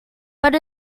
but